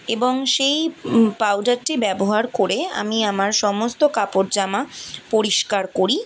এবং সেই পাউডারটি ব্যবহার করে আমি আমার সমস্ত কাপড় জামা পরিষ্কার করি